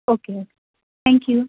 okay okay thank you